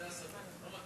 זו הסתה.